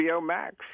Max